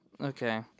Okay